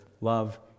love